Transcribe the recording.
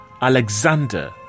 Alexander